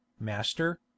master